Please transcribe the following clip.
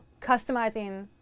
customizing